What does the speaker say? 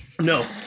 no